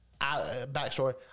Backstory